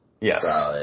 Yes